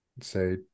say